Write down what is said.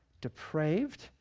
depraved